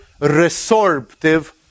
resorptive